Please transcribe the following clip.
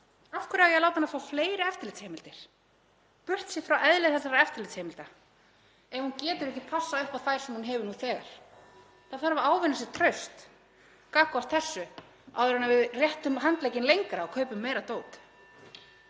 Af hverju á ég að láta hana fá fleiri eftirlitsheimildir, burt séð frá eðli þeirra, ef hún getur ekki passað upp á þær sem hún hefur nú þegar? Það þarf að ávinna sér traust gagnvart þessu áður en við réttum handlegginn lengra og kaupum meira dót.